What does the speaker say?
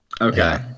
Okay